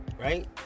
Right